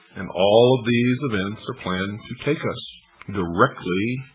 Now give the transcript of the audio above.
and all of these events are planned to take us directly